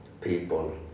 people